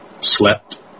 slept